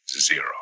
zero